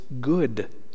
good